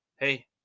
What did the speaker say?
hey